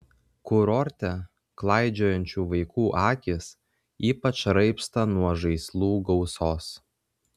kurorte klaidžiojančių vaikų akys ypač raibsta nuo žaislų gausos